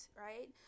right